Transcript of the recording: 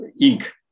ink